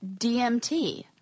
DMT